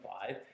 five